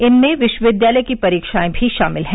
इनमें विश्वविद्यालय की परीक्षाएं भी शामिल हैं